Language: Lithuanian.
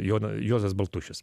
jonas juozas baltušis